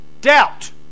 Doubt